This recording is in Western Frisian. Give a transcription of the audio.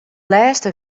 lêste